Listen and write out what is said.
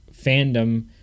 fandom